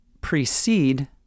precede